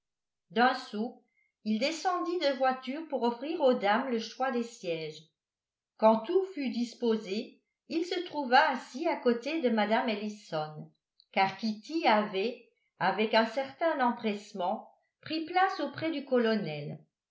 saut il descendit de voiture pour offrir aux dames le choix des sièges quand tout fut disposé il se trouva assis à côté de mme ellison car kitty avait avec un certain empressement pris place auprès du colonel